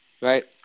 Right